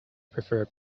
prefer